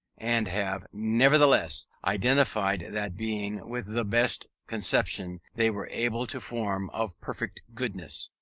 and have nevertheless identified that being with the best conception they were able to form of perfect goodness.